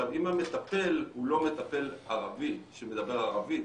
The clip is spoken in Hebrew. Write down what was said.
אם המטפל הוא לא מטפל ערבי שמדבר ערבית,